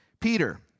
Peter